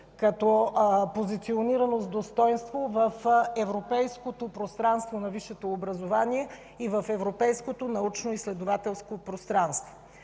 като позиционирано с достойнство в европейското пространство на висшето образование и в европейското научноизследователско пространство.